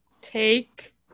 take